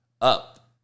up